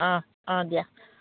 অঁ অঁ দিয়া